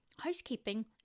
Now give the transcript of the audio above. housekeeping